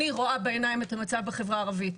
אני רואה בעיניים את המצב בחברה הערבית,